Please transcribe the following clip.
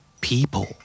People